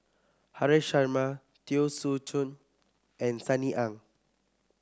Haresh Sharma Teo Soon Chuan and Sunny Ang